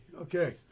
Okay